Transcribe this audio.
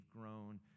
grown